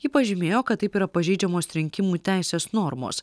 ji pažymėjo kad taip yra pažeidžiamos rinkimų teisės normos